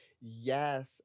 Yes